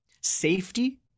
safety